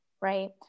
right